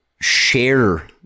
share